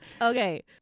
Okay